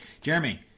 Jeremy